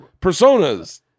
Personas